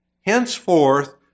henceforth